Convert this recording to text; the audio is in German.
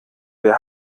wer